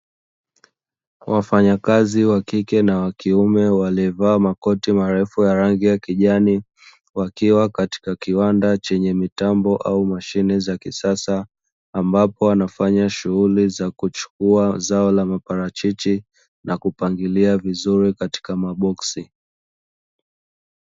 Wafanyakazi wa kike na wa kiume walevaa makoti marefu ya rangi ya kijani, wakiwa katika kiwanda chenye mitambo au mashine za kisasa ambapo, wanafanya shughuli za kuchukua zao la maparachichi na kupangilia vizuri katika maboksi.